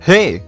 Hey